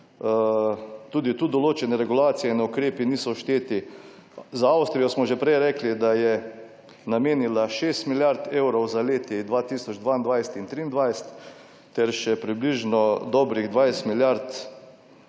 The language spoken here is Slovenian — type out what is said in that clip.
Tudi tu določene regulacije in ukrepi niso všteti. Za Avstrijo smo že prej rekli, da je namenila šest milijard evrov za leti 2022 in 2023, ter približno dobrih 20 milijard,